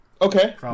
okay